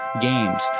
games